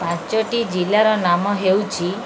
ପାଞ୍ଚଟି ଜିଲ୍ଲାର ନାମ ହେଉଛି